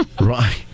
Right